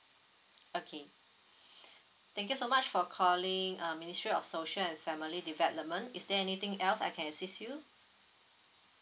okay thank you so much for calling uh ministry of social and family development is there anything else I can assist you